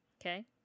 Okay